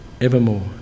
evermore